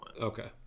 Okay